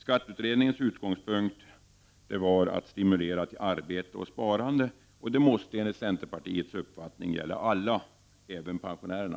Skatteutredningarnas utgångspunkt var att stimulera till arbete och sparande och måste enligt centerpartiets uppfattning gälla alla — även pensionärerna.